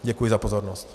Děkuji za pozornost.